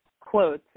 quotes